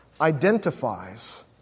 identifies